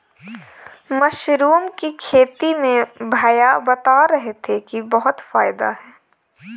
mushroom की खेती में भैया बता रहे थे कि बहुत फायदा है